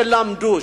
שלמדו,